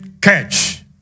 catch